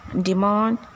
demand